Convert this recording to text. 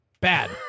bad